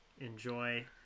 enjoy